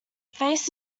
faced